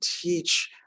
teach